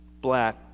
black